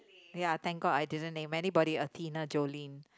ya thank god I didn't name anybody Athena Jolene